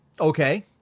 Okay